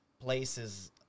places